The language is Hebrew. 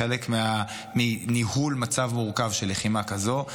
חלק מניהול מצב מורכב של לחימה כזאת,